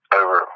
over